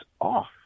off